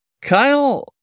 Kyle